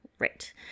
Right